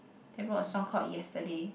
they wrote a song called yesterday